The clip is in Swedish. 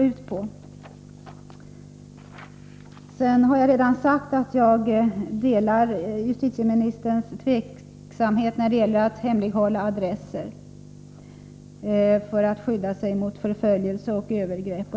Jag har redan sagt att jag delar justitieministerns tveksamhet när det gäller att hemlighålla adresser för att skydda kvinnorna mot förföljelse och övergrepp.